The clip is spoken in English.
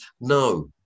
No